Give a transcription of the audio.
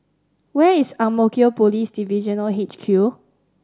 where is Ang Mo Kio Police Divisional H Q